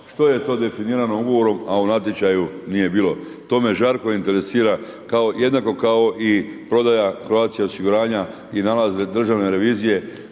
što je to definirano ugovorom, a u natječaju nije bilo. To me žarko interesira jednako kao i prodaja Croatia osiguranja i nalaz Državne revizije